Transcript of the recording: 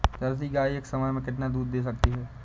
Jersey गाय एक समय में कितना दूध दे सकती है?